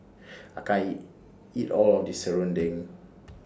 I can't eat All of This Serunding